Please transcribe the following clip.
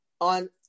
on